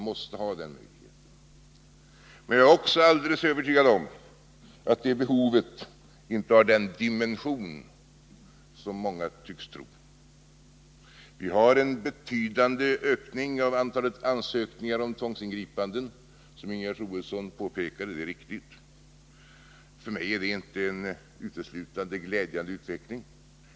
Men jag är också helt övertygad om att det behovet inte har den dimension som många tycks tro. Det är riktigt att vi, som Ingegerd Troedsson påpekade, har fått en betydande ökning av antalet ansökningar om tvångsingripanden. För mig är detta inte en enbart glädjande utveckling.